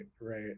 right